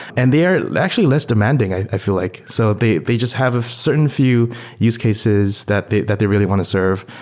and they're actually less demanding, i feel like. so they they just have a certain few use cases that they that they really want to serve.